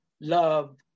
love